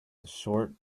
short